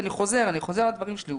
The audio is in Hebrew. ואני חוזר על הדברים שלי,